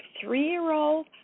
three-year-old